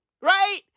Right